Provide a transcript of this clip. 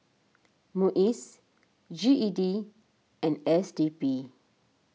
Muis G E D and S D P